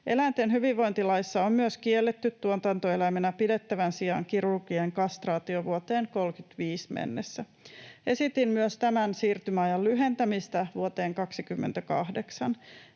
Eläinten hyvinvointilaissa on myös kielletty tuotantoeläimenä pidettävän sian kirurginen kastraatio vuoteen 35 mennessä. Esitin myös tämän siirtymäajan lyhentämistä vuoteen 28.